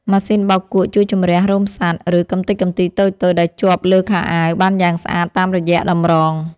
ម៉ាស៊ីនបោកគក់ជួយជម្រះរោមសត្វ ឬកំទេចកំទីតូចៗដែលជាប់លើខោអាវបានយ៉ាងស្អាតតាមរយៈតម្រង។